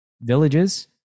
villages